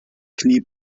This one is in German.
knie